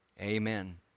amen